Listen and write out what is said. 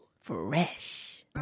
fresh